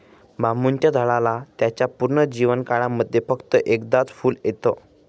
बांबुच्या झाडाला त्याच्या पूर्ण जीवन काळामध्ये फक्त एकदाच फुल येत